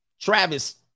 Travis